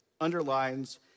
underlines